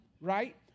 right